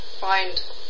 find